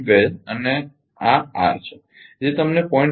2 અને આર છે જે તમને 0